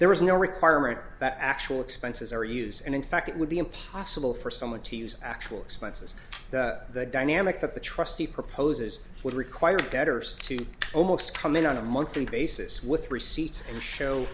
there is no requirement that actual expenses are used and in fact it would be impossible for someone to use actual expenses the dynamic that the trustee proposes would require debtors to almost come in on a monthly basis with receipts and show